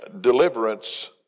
deliverance